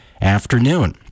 afternoon